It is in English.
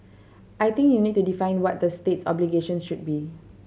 I think you need to define what the state's obligations should be